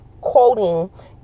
quoting